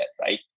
right